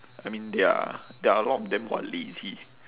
I mean there're there are a lot of them who are lazy